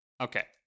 Okay